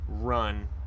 run